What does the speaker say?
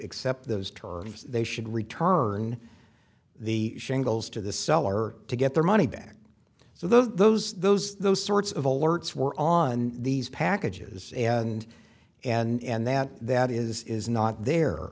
accept those terms they should return the shingles to the seller to get their money back so though those those those sorts of alerts were on these packages and and that that is not there